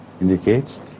indicates